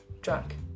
drunk